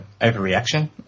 overreaction